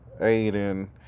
Aiden